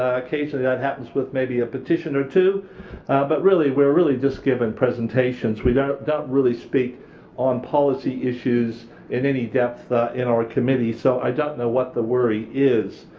occasionally that happens with maybe a petition or two but we're really just giving presentations. we don't don't really speak on policy issues in any depth in our committees, so i don't know what the worry is.